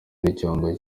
n’icyombo